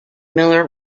miller